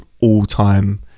all-time